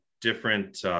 different